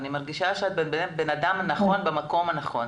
אני מרגישה שאת האדם הנכון במקום הנכון.